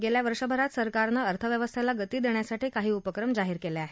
गेल्या वर्षभरात सरकारनं अर्थव्यवस्थेला गती देण्यासाठी काही उपक्रम जाहीर केले आहेत